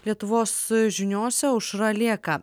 lietuvos žiniose aušra lėka